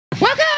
Welcome